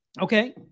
Okay